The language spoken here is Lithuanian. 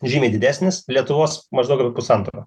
žymiai didesnis lietuvos maždaug apie pusantro